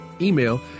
email